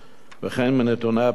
וכן מנתוני הפיקוח,